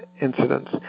incidents